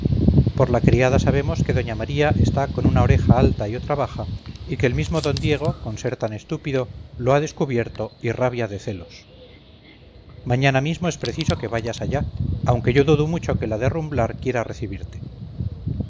por la criada sabemos que doña maría está con una oreja alta y otra baja y que el mismo d diego con ser tan estúpido lo ha descubierto y rabia de celos mañana mismo es preciso que vayas allá aunque yo dudo mucho que la de rumblar quiera recibirte